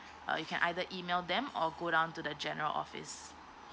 uh you can email them or go down to the general office